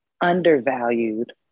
undervalued